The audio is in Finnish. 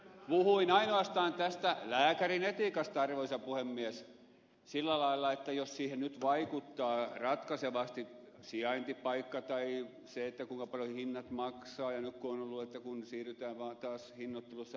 puhuin ainoastaan tästä lääkärin etiikasta arvoisa puhemies sillä lailla että siihen nyt vaikuttaa ratkaisevasti sijaintipaikka tai se kuinka korkeita hinnat ovat tai nyt kun on ollut puhetta että siirrytään vaan taas hinnoittelussa erilaisuuteen